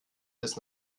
bis